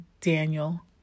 Daniel